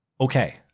Okay